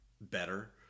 better